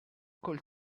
col